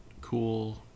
cool